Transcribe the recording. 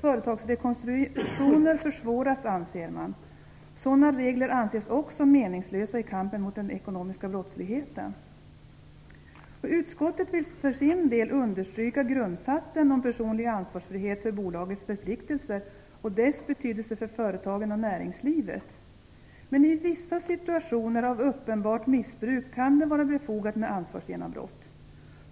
Företagsrekonstruktioner försvåras, anser man. Sådana regler anses också meningslösa i kampen mot den ekonomiska brottsligheten. Utskottet vill för sin del understryka grundsatsen om personlig ansvarsfrihet för bolagets förpliktelser och dess betydelse för företagen och näringslivet. Men i vissa situationer av uppenbart missbruk kan det vara befogat med ansvarsgenombrott.